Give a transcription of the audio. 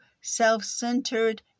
self-centered